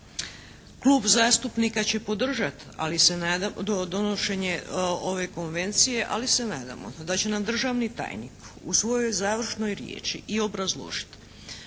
Klub zastupnika će podržati donošenje ove Konvencije ali se nadamo da će nam državni tajnik u svojoj završnoj riječi i obrazložiti